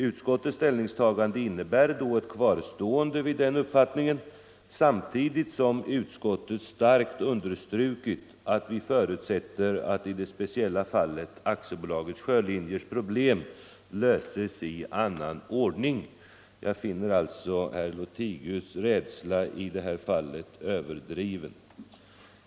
Utskottets ställningstagande nu innebär alltså ett vidhållande av den uppfattningen, samtidigt som utskottet förutsätter att det speciella fallet AB Sjölinjers problem löses i annan ordning. Jag finner sålunda herr Lothigius” rädsla i det fallet överdriven.